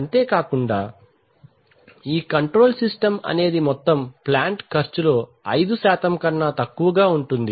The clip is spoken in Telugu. అంతేకాకుండా ఈ కంట్రోల్ సిస్టమ్ అనేది మొత్తం ప్లాంట్ ఖర్చు లో 5 కన్నా తక్కువగా ఉంటుంది